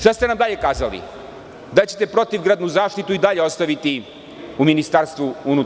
Šta ste nam dalje kazali, da ćete protivgradnu zaštitu i dalje ostaviti u MUP.